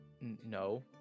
no